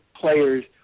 players